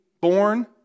born